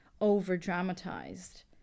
over-dramatized